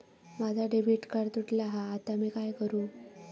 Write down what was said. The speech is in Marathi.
माझा डेबिट कार्ड तुटला हा आता मी काय करू?